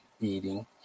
eating